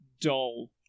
dull